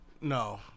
No